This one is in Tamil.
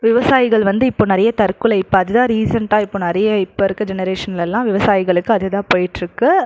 விவசாயிகள் வந்து இப்போ நிறையா தற்கொலை இப்போ அதுதான் ரீசண்ட்டாக இப்போ நிறைய இப்போ இருக்க ஜெனரேஷன்லலாம் விவசாயிகளுக்கு அது தான் போயிகிட்டு இருக்கு